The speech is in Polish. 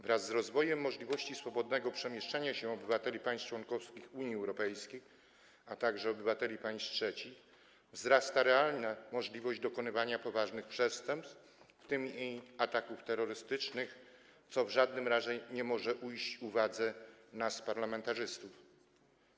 Wraz z rozwojem możliwości swobodnego przemieszczania się obywateli państw członkowskich Unii Europejskiej, a także obywateli państw trzecich wzrasta realna możliwość dokonywania poważnych przestępstw, w tym ataków terrorystycznych, co w żadnym razie nie może ujść naszej, parlamentarzystów, uwadze.